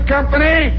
Company